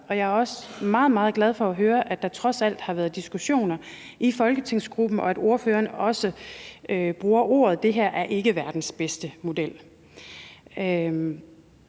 jeg er også meget, meget glad for at høre, at der trods alt har været diskussioner i folketingsgruppen, og at ordføreren også bruger ordene: Det her er ikke verdens bedste model.